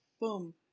Boom